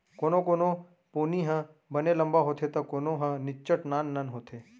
कोनो कोनो पोनी ह बने लंबा होथे त कोनो ह निच्चट नान नान होथे